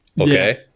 okay